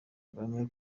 kagame